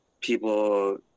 people